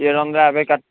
ఏడు వందల యాభై కట్